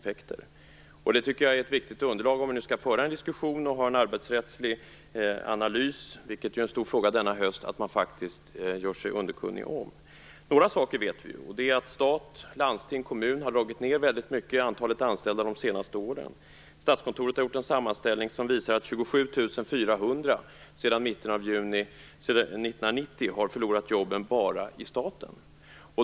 Det tycker jag är ett viktigt underlag om vi nu skall föra en diskussion och ha en arbetsrättslig analys. Det är ju en stor fråga denna höst, och det är viktigt att man faktiskt gör sig underkunnig om detta. Några saker vet vi. Det är att stat, landsting och kommuner har dragit ned på antalet anställda under de senaste åren. Statskontoret har gjort en sammanställning som visar att 27 400 personer har förlorat jobben sedan 1990 bara inom den statliga sektorn.